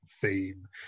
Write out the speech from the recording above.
theme